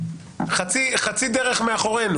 חצי דרך מאחורינו,